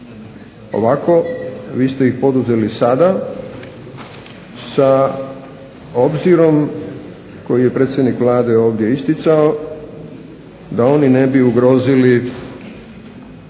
Ovako vi ste ih poduzeli sada sa obzirom koji je predsjednik Vlade ovdje isticao da oni ne bi ugrozili